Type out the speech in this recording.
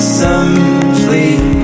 simply